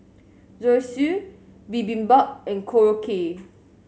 Zosui Bibimbap and Korokke